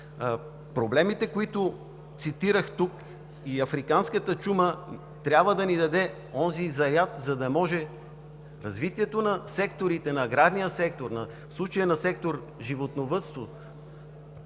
проблемите, които цитирах тук, и африканската чума, трябва да ни даде онзи заряд, за да може развитието на секторите – на аграрния, в случая на сектор „Животновъдство“,